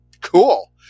Cool